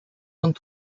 und